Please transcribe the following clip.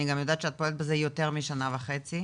אני גם יודעת שהפרויקט הזה יותר משנה וחצי.